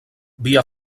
via